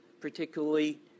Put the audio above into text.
particularly